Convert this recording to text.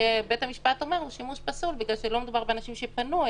כשבית המשפט אומר שהוא שימוש פסול בגלל שלא מדובר באנשים שפנו,